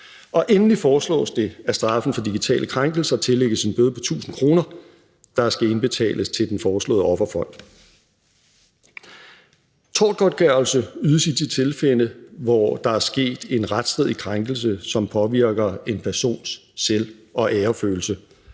Endelig foreslås det, at straffen for digitale krænkelser tillægges en bøde på 1.000 kr., der skal indbetales til den foreslåede offerfond. Tortgodtgørelse ydes i de tilfælde, hvor der er sket en retsstridig krænkelse, som påvirker en persons selv- og æresfølelse.